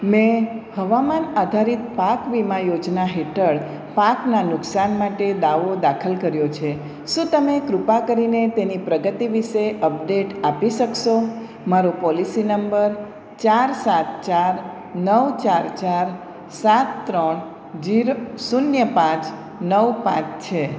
મેં હવામાન આધારિત પાક વીમા યોજના હેઠળ પાકનાં નુકસાન માટે દાવો દાખલ કર્યો છે શું તમે કૃપા કરીને તેની પ્રગતિ વિષે અપડેટ આપી શકશો મારો પોલિસી નંબર ચાર સાત ચાર નવ ચાર ચાર સાત ત્રણ જીરો શૂન્ય પાંચ નવ પાંચ છે